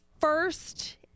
first